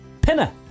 Pinner